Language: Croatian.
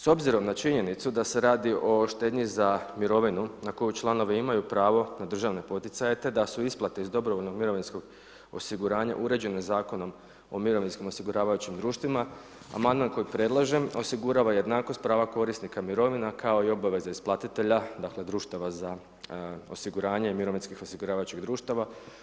S obzirom na činjenicu da se radi o štednji za mirovinu na koju članovi imaju pravo na državne poticaje, te da su isplate iz Dobrovoljnog mirovinskog osiguranja uređene Zakonom o mirovinskim osiguravajućim društvima, amandman kojeg predlažem osigurava jednakost prava korisnika mirovina, kao i obveze isplatitelja, dakle, Društava za osiguranje i Mirovinskih osiguravajućih društava.